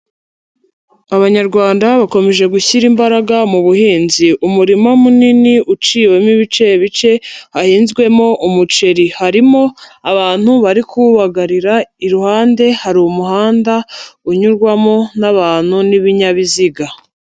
Abanyarwanda bakomeje gushyira imbaraga mu buhinzi, umurima munini uciwemo ibice bice hahinzwemo umuceri, harimo abantu bari kuwubagarira, iruhande hari umuhanda unyurwamo n'abantu n'ibinyabiziga.